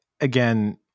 again